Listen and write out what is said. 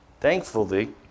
Thankfully